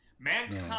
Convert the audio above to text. Mankind